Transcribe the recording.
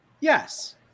Yes